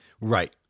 Right